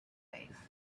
faith